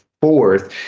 fourth